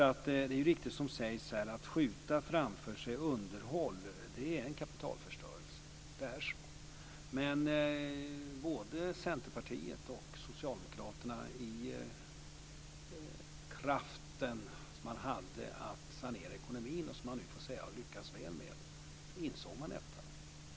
Det är riktigt som här sägs att det är en kapitalförstörelse att skjuta underhåll framför sig. Det är så. Men både Centerpartiet och Socialdemokraterna hade kraften att sanera ekonomin - som man nu får säga att man lyckats väl med - och insåg detta.